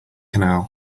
canal